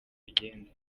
bigenda